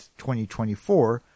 2024